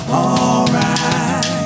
alright